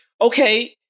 okay